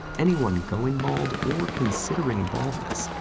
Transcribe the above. anyone going bald, or considering baldness,